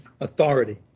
authority